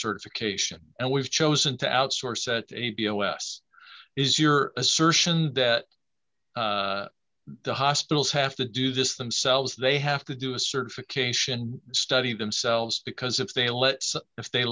certification and we've chosen to outsource a t o s is your assertion that the hospitals have to do this themselves they have to do a search for cation study themselves because if they let if they